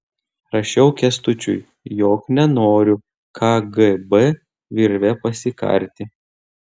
rašiau kęstučiui jog nenoriu kgb virve pasikarti